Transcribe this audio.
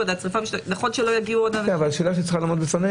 נכון שזה חשוב,